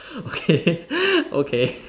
okay okay